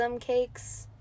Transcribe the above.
cakes